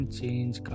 change